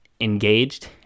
engaged